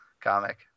comic